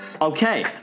Okay